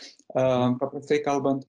a paprastai kalbant